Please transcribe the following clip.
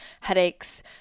headaches